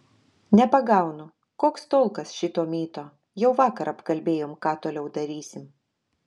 nepagaunu koks tolkas šito myto jau vakar apkalbėjom ką toliau darysim